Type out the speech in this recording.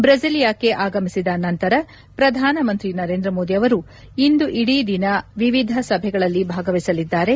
ಬ್ರೆಸಿಲಿಯಾಕ್ಲೆ ಆಗಮಿಸಿದ ನಂತರ ಪ್ರಧಾನ ಮಂತ್ರಿ ನರೇಂದ್ರ ಮೋದಿ ಅವರು ಇಂದು ಇಡೀ ದಿನ ವಿವಿಧ ಸಭೆಗಳಲ್ಲಿ ಭಾಗವಹಿಸಲಿದ್ದಾರೆ